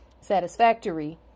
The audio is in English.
satisfactory